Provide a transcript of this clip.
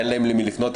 אין להם למי לפנות,